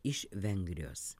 iš vengrijos